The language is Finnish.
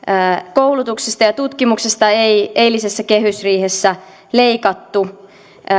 koulutuksesta ja tutkimuksesta ei eilisessä kehysriihessä leikattu